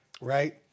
Right